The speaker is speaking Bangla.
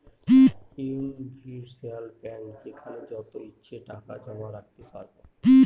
ইউনিভার্সাল ব্যাঙ্ক যেখানে যত ইচ্ছে টাকা জমা রাখতে পারবো